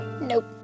Nope